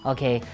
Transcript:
Okay